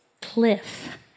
cliff